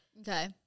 Okay